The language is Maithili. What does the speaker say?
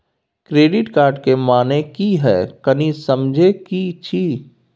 क्रेडिट कार्ड के माने की हैं, कनी समझे कि छि?